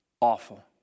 awful